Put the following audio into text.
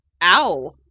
ow